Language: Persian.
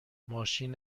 ماشین